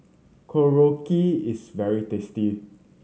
korokke is very tasty